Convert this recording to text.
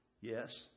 yes